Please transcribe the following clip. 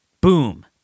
Boom